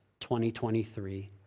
2023